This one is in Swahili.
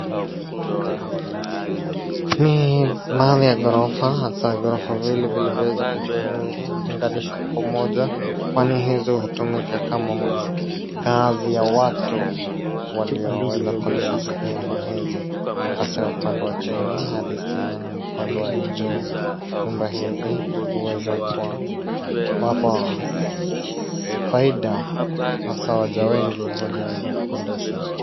Ni mahali ya ghorofa hasa ghorofa mbili viliweza kuunganishwa kwa pamoja. Kwani hizo hutumika kama kazi ya watu walioweza kuendesha sehemu hizi. Tuseme upande wa chini hadi sehemu upande wa juu. Nyumba hizi huweza kuwapa faida hasa wajawengi walioweza kukondesha.